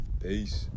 Peace